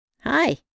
Hi